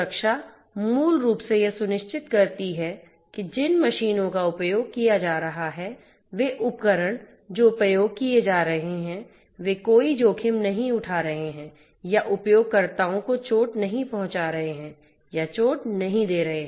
सुरक्षा मूल रूप से यह सुनिश्चित करती है कि जिन मशीनों का उपयोग किया जा रहा है वे उपकरण जो उपयोग किए जा रहे हैं वे कोई जोखिम नहीं उठा रहे हैं या उपयोगकर्ताओं को चोट नहीं पहुंचा रहे हैं या चोट नहीं दे रहे हैं